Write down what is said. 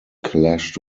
clashed